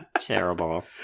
terrible